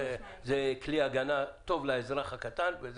וזה כלי הגנה טוב לאזרח הקטן.